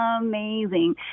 amazing